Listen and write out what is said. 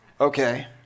okay